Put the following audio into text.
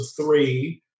three